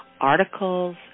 articles